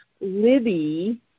Libby